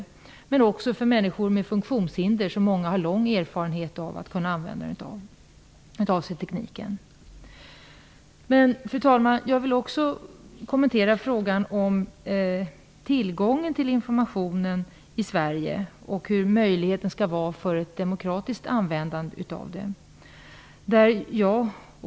Men det kan också gälla människor med funktionshinder, bland vilka många har lång erfarenhet av möjligheterna att använda denna teknik. Jag vill också, fru talman, kommentera frågan om tillgången till informationen i Sverige och möjligheterna till ett demokratiskt användande av den.